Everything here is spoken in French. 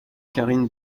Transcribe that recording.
karine